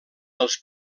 dels